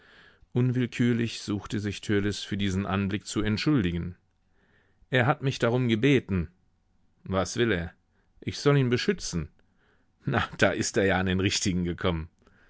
unwillkürlich suchte sich törleß für diesen anblick zu entschuldigen er hat mich darum gebeten was will er ich soll ihn beschützen na da ist er ja an den richtigen gekommen